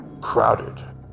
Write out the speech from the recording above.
crowded